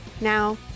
Now